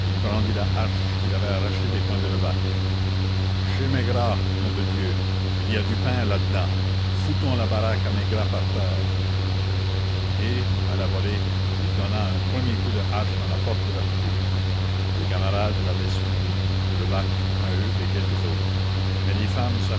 qu'il avait arrachée des poings de levaque chez maigrat nom de dieu il y a du pain là-dedans foutons la baraque à maigrat par terre et à la volée il donna un premier coup de hache dans la porte de la boutique des camarades l'avaient suivi levaque maheu et quelques autres mais les femmes